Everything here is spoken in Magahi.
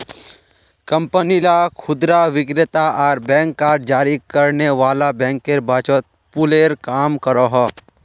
कंपनी ला खुदरा विक्रेता आर बैंक कार्ड जारी करने वाला बैंकेर बीचोत पूलेर काम करोहो